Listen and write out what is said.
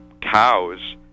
cows